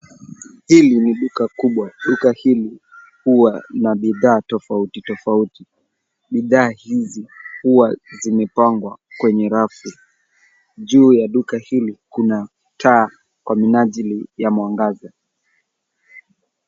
Hili ni duka kubwa. Duka hili huwa na bidhaa tofauti tofauti. Bidhaa hizi huwa zimepangwa kwenye rafu . Juu ya duka hili kuna taa kwa minajili ya mwangaza.